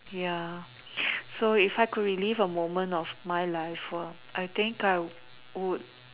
ya so if I could relieve a moment of my life I think I would